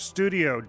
Studio